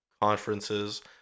conferences